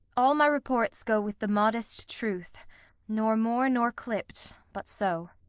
all my reports go with the modest truth nor more nor clipp'd, but so.